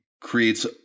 creates